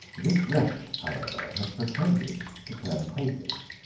this wretch, however, had pretended to turn papist.